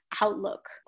outlook